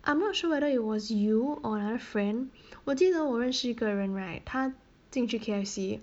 I'm not sure whether it was you or another friend 我记得我认识一个人 right 她进去 K_F_C